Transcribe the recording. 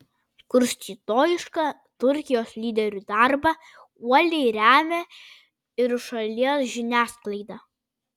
kurstytojišką turkijos lyderių darbą uoliai remia ir šalies žiniasklaida